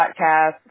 podcast